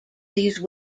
these